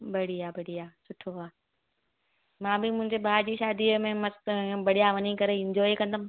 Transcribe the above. बढ़िया बढ़िया सुठो आहे मां बि मुंहिंजे भाउ जी शादीअ में मस्तु बढ़िया वञी करे इंजॉय कंदमि